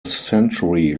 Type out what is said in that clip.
century